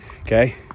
okay